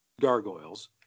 gargoyles